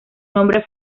nombre